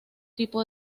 tipo